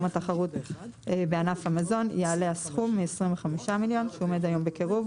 התחרות בענף המזון יעלה הסכום מעשרים וחמישה מיליון שעומד היום בקירוב,